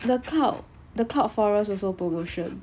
the cloud the cloud forest also promotion